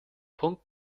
punkt